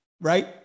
right